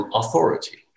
authority